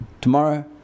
Tomorrow